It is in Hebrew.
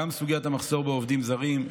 גם סוגיית המחסור בעובדים זרים,